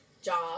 job